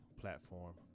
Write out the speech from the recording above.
platform